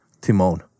Timon